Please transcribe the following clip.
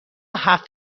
هفت